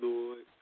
Lord